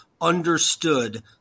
understood